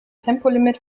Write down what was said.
tempolimit